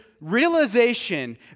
realization